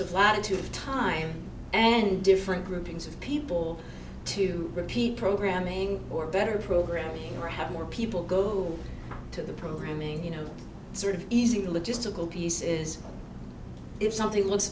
of latitude of time and different groupings of people to repeat programming or better programming or have more people go to the programming you know sort of easing the logistical piece is if something